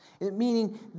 Meaning